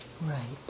Right